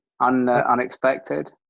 Unexpected